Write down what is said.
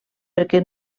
perquè